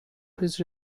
his